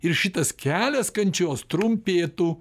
ir šitas kelias kančios trumpėtų